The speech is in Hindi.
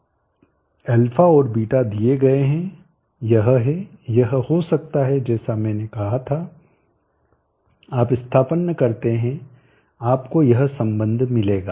α और β दिए गए हैं यह है यह हो सकता है जैसा मैंने कहा था आप स्थानापन्न करते हैं आपको यह संबंध मिलेगा